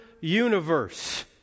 universe